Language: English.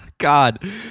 God